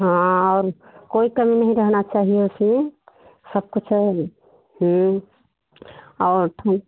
हाँ और कोई कमी नहीं रहना चाहिए उसमें सब कुछ होगा और फिर